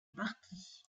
partie